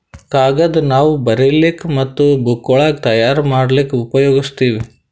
ಕಾಗದ್ ನಾವ್ ಬರಿಲಿಕ್ ಮತ್ತ್ ಬುಕ್ಗೋಳ್ ತಯಾರ್ ಮಾಡ್ಲಾಕ್ಕ್ ಉಪಯೋಗಸ್ತೀವ್